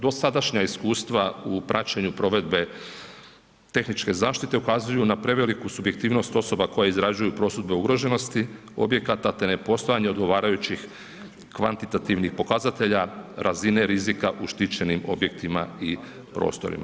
Dosadašnja iskustva u praćenju provedbe tehničke zaštite ukazuju na preveliku subjektivnost osoba koje izrađuju prosudbe ugroženosti objekata te ne postojanje odgovarajućih kvantitativnih pokazatelja razine rizika u štićenim objektima i prostorima.